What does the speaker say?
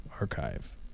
archive